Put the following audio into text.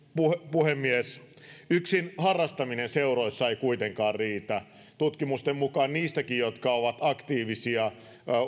puhemies yksin harrastaminen seuroissa ei kuitenkaan riitä tutkimusten mukaan niistäkin lapsista ja nuorista jotka ovat aktiivisia